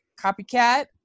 copycat